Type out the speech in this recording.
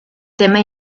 tema